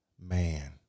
man